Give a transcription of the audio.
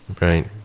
Right